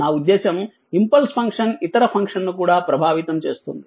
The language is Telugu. నా ఉద్దేశ్యం ఇంపల్స్ ఫంక్షన్ ఇతర ఫంక్షన్ను కూడా ప్రభావితం చేస్తుంది